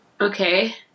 Okay